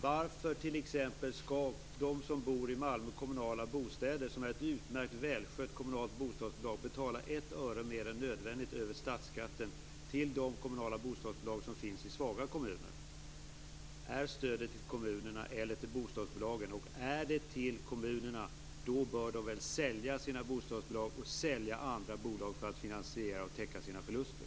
Varför skall de som bor i Malmö kommunala bostäder, som är ett utmärkt välskött kommunalt bostadsbolag, betala ett öre mer än nödvändigt över statsskatten till de kommunala bostadsbolag som finns i svaga kommuner? Är stödet till kommunerna eller till bostadsbolagen? Är det till kommunerna bör de sälja sina bostadsbolag och sälja andra bolag för att finansiera och täcka sina förluster.